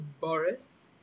boris